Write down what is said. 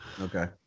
Okay